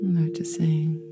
Noticing